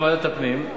או לוועדת הפנים,